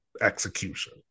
execution